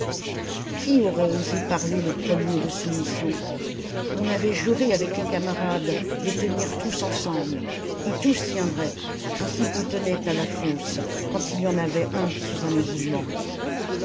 qui aurait osé parler le premier de soumission on avait juré avec les camarades de tenir tous ensemble et tous tiendraient ainsi qu'on tenait à la fosse quand il y en avait un sous un éboulement